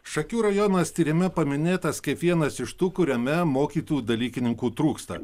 šakių rajonas tyrime paminėtas kaip vienas iš tų kuriame mokytojų dalykininkų trūksta